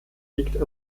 liegt